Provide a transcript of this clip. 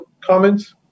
comments